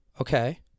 Okay